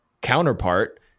counterpart